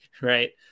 right